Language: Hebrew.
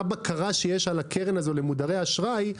בקרה שיש על הקרן הזו למודרי אשראי,